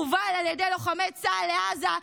מובל על ידי לוחמי צה"ל לעזה,